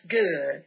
good